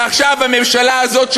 ועכשיו הממשלה הזאת,